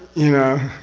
you know?